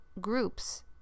groups